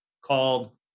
called